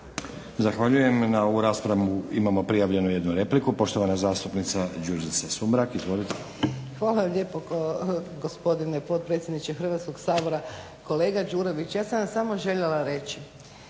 Zahvaljujem. Na ovu raspravu imamo prijavljenu jednu repliku. Poštovana zastupnica Đurđica Sumrak. Izvolite. **Sumrak, Đurđica (HDZ)** Hvala lijepo gospodine potpredsjedniče Hrvatskog sabora. Kolega Đurović ja sam vam samo željela reći,